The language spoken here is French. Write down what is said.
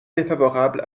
défavorable